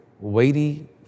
weighty